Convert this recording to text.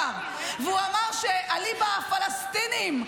ואמר שאליבא דפלסטינים,